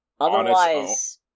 Otherwise